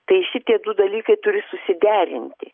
tai šitie du dalykai turi susiderinti